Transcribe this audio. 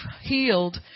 healed